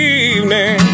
evening